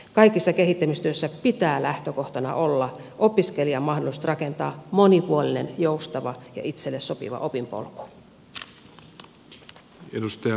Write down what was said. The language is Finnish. kaikessa kehittämistyössä pitää lähtökohtana olla opiskelijan mahdollisuudet rakentaa monipuolinen joustava ja itselleen sopiva opinpolku